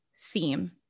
theme